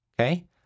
okay